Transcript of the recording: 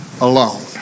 alone